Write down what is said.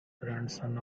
grandson